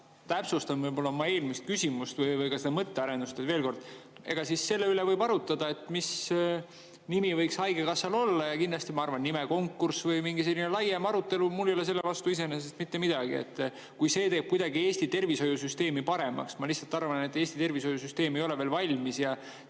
täpsustan oma eelmist küsimust või seda mõttearendust veel kord. Jah, selle üle võib arutleda, et mis nimi võiks haigekassal olla. Kindlasti ma arvan, et nimekonkurss või mingi selline laiem arutelu – mul ei ole selle vastu iseenesest mitte midagi, kui see teeb kuidagi Eesti tervishoiusüsteemi paremaks. Ma lihtsalt arvan, et Eesti tervishoiusüsteem ei ole veel valmis ja